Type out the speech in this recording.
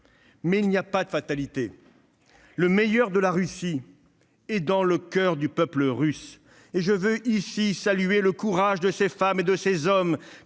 Mais il n'y a pas de fatalité. Le meilleur de la Russie se trouve dans le coeur du peuple russe. Je veux saluer le courage de ces femmes et de ces hommes